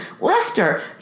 Lester